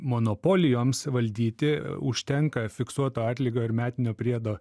monopolijoms valdyti užtenka fiksuoto atlygio ir metinio priedo